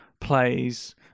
plays